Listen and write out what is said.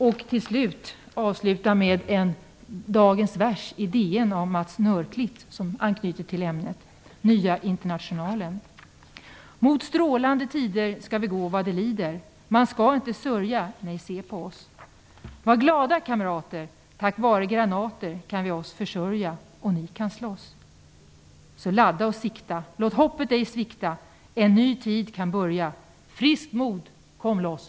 Jag vill avsluta med dagens vers i DN av Mats Nörklit som anknyter till ämnet: Mot strålande tider ska vi gå vad det lider! Man ska inte sörja! Nej, se på oss! Var glada, kamrater! Tack vare granater kan vi oss försörja! Och ni kan slåss! Så ladda och sikta! Låt hoppet ej svikta! En ny tid kan börja! Friskt mod! Kom loss!